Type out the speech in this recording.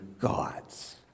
gods